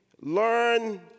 learn